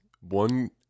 one